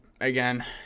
again